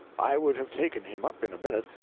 i would have taken him up in a minute,